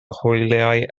hwyliau